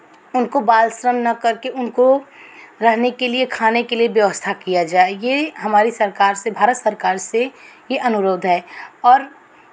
उनको बाल श्रम ना करके उनको रहने के लिए खाने के लिए व्यवस्था किया जाय ये हमारी सरकार से भारत सरकार से ये अनुरोध है और